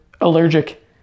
allergic